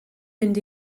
mynd